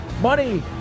money